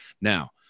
now